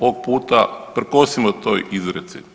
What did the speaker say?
Ovog puta prkosimo toj izreci.